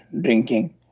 drinking